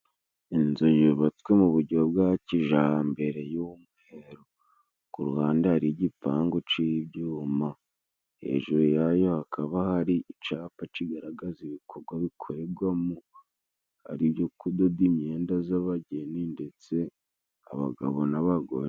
Inzu yubatswe mu buryo bwa kijambere y'umweru. Ku ruhande hariho igipangu c'ibyuma, hejuru yayo hakaba hari icapa cigaragaza ibikorwa bikorerwamo, ari ibyo kudoda imyenda z'abageni ndetse abagabo n'abagore.